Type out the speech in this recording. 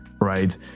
right